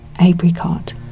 apricot